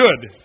good